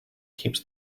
keeps